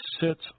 sits